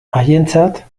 haientzat